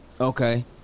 okay